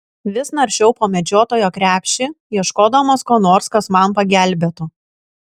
vis naršiau po medžiotojo krepšį ieškodamas ko nors kas man pagelbėtų